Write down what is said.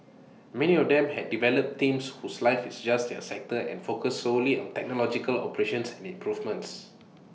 many of them have developed teams whose life is just their sector and focus solely on technological operations and improvements